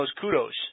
kudos